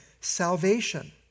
salvation